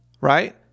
Right